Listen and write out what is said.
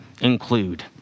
include